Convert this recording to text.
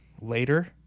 later